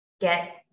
get